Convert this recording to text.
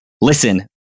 listen